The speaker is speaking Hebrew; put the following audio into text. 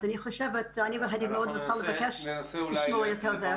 אז אני חושבת שהייתי רוצה לבקש לשמוע את הזה.